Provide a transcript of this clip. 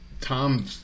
Tom